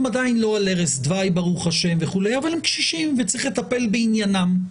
ברוך השם הם עדיין לא על ערש דווי אבל הם קשישים וצריך לטפל בעניינם.